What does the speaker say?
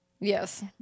Yes